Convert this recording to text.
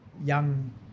young